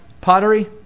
pottery